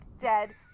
dead